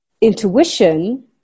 intuition